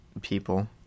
people